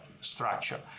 structure